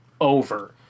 over